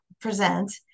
present